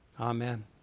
Amen